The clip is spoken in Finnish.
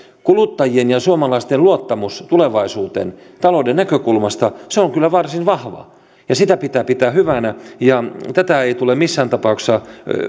kuluttajien ja suomalaisten luottamus tulevaisuuteen talouden näkökulmasta on kyllä varsin vahva ja sitä pitää pitää hyvänä tätä ei tule missään tapauksessa